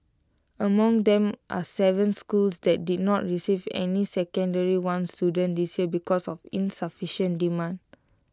among them are Seven schools that did not receive any secondary one students this year because of insufficient demand